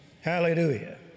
Hallelujah